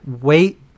Wait